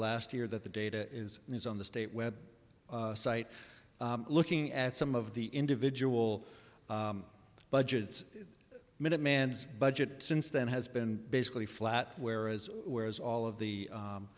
last year that the data is in use on the state web site looking at some of the individual budgets minute man's budget since then has been basically flat whereas whereas all of the